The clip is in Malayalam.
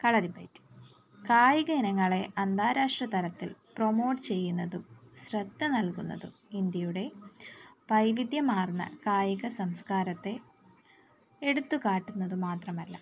കളരിപ്പയറ്റ് കായിക ഇനങ്ങളെ അന്താരാഷ്ട്ര തലത്തിൽ പ്രൊമോട്ട് ചെയ്യുന്നതും ശ്രദ്ധ നൽകുന്നതും ഇന്ത്യയുടെ വൈവിധ്യമാർന്ന കായിക സംസകാരത്തെ എടുത്ത് കാട്ടുന്നത് മാത്രമല്ല